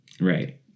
Right